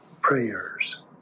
prayers